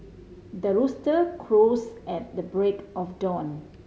the rooster crows at the break of dawn